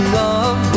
love